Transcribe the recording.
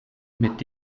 mit